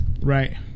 Right